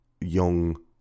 young